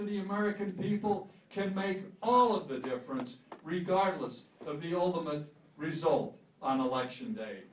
to the american people can make all of the difference regardless of the ultimate result on election day